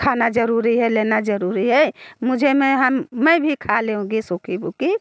खाना ज़रूरी है लेना ज़रूरी है मुझे मैं हम मैं भी खा लेओंगी सूखी बुकी